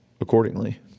accordingly